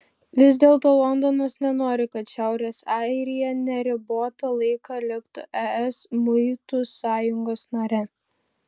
vis dėlto londonas nenori kad šiaurės airija neribotą laiką liktų es muitų sąjungos narė